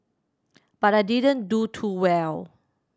but I didn't do too well